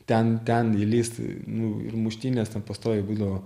ten ten įlįst nu ir muštynės ten pastoviai būdavo